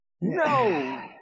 No